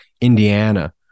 indiana